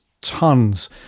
tons